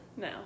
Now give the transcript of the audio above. No